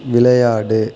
விளையாடு